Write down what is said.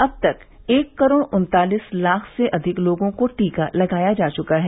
अब तक एक करोड़ उन्तालीस लाख से अधिक लोगों को टीका लगाया जा चुका है